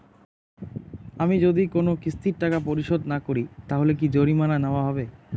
আমি যদি কোন কিস্তির টাকা পরিশোধ না করি তাহলে কি জরিমানা নেওয়া হবে?